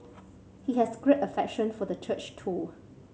he has great affection for the church too